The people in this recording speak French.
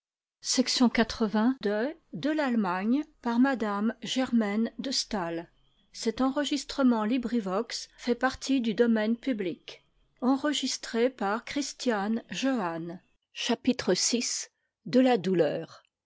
de m de